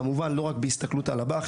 כמובן שלא רק בהסתכלות על הבא"ח,